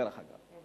דרך אגב,